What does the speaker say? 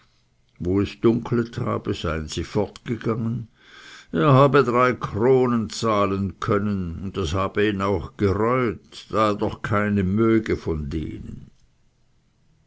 wo es dunkelt habe seien sie fortgegangen er habe drei kronen zahlen können und das habe ihn auch gereut da er doch keine möge von denen